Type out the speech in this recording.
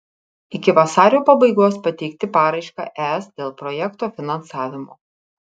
iki vasario pabaigos pateikti paraišką es dėl projekto finansavimo